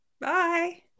Bye